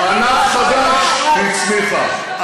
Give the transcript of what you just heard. ענף חדש היא הצמיחה.